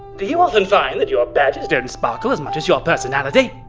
do you often find that your badges don't sparkle as much as your personality.